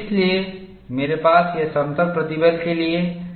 इसलिए मेरे पास यह समतल प्रतिबल के लिए है